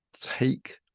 take